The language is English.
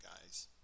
guys